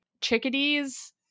chickadees